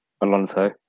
Alonso